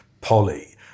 Polly